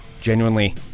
genuinely